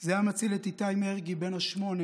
זה היה מציל את איתי מרגי בן השמונה